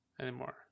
anymore